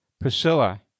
Priscilla